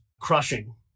crushing